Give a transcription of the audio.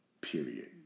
Period